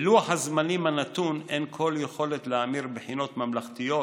בלוח הזמנים הנתון אין כל יכולת להמיר בחינות ממלכתיות